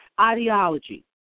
ideology